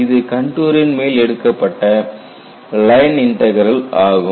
இது கண்டூரின் மேல் எடுக்கப்பட்ட லைன் இன்டக்ரல் ஆகும்